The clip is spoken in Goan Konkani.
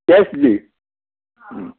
तेंच दी